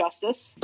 justice